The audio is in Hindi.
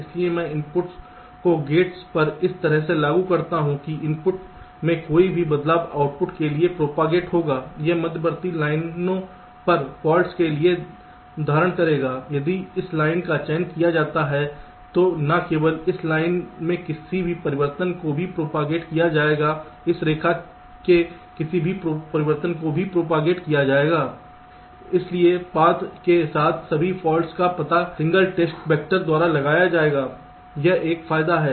इसलिए मैं इनपुट्स को गेट्स पर इस तरह से लागू करता हूं कि इनपुट में कोई भी बदलाव आउटपुट के लिए प्रोपागेट होगा यह मध्यवर्ती लाइनों पर फॉल्ट्स के लिए धारण करेगा यदि इस लाइन का चयन किया जाता है तो न केवल इस लाइन में किसी भी परिवर्तन को भी प्रोपागेट किया जाएगा इस रेखा के किसी भी परिवर्तन को भी प्रोपागेट किया जाएगा इसलिए पथ के साथ सभी फॉल्ट्स का पता एकल टेस्ट वेक्टर द्वारा लगाया जाएगा यह एक फायदा है